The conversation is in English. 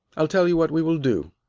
i'll tell you what we will do.